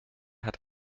hat